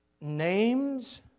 Names